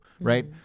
right